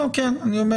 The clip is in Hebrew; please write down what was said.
לא, כן אני אומר